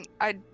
I-